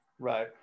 right